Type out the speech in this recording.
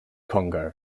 congo